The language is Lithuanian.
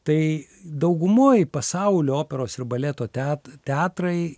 tai daugumoj pasaulio operos ir baleto teat teatrai